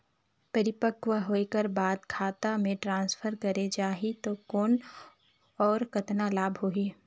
परिपक्व होय कर बाद खाता मे ट्रांसफर करे जा ही कौन और कतना लाभ होही?